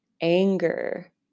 anger